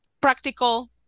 practical